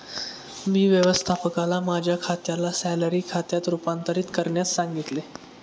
मी व्यवस्थापकाला माझ्या खात्याला सॅलरी खात्यात रूपांतरित करण्यास सांगितले